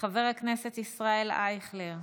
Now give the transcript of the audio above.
חבר הכנסת ישראל אייכלר,